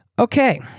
Okay